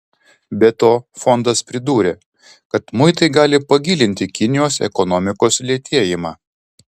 be to fondas pridūrė kad muitai gali pagilinti kinijos ekonomikos lėtėjimą